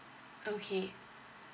okay